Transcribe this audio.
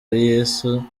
yesu